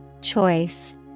Choice